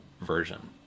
version